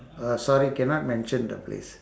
uh sorry cannot mention the place